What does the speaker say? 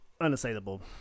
Unassailable